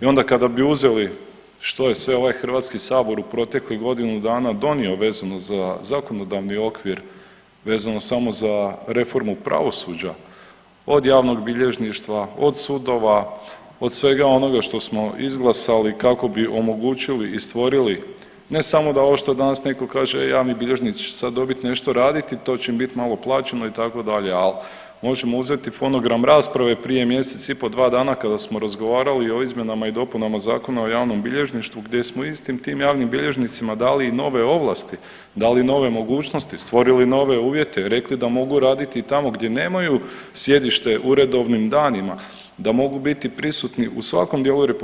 I onda kada bi uzeli što je sve ovaj HS u proteklih godinu dana donio vezano za zakonodavni okvir, vezano samo za reformu pravosuđa od javnog bilježništva, od sudova, od svega onoga što smo izglasali kako bi omogućili i stvorili ne samo da ovo što danas neko kaže, e javni bilježnici će sad dobiti nešto raditi to će im biti malo plaćeno itd., a možemo uzeti fonogram rasprave prije mjesec i pol, dva dana kada smo razgovarali o izmjenama i dopunama Zakona o javnom bilježništvu gdje smo istim tim javnim bilježnicima dali i nove ovlasti, dali nove mogućnosti, stvorili nove uvjete, rekli da mogu raditi i tamo gdje nemaju sjedište uredovnim danima, da mogu biti prisutni u svakom dijelu RH